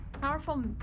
powerful